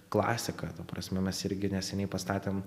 klasiką ta prasme mes irgi neseniai pastatėm